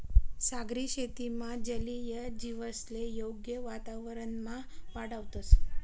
सागरी शेतीमा जलीय जीवसले योग्य वातावरणमा वाढावतंस